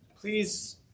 Please